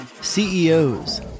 CEOs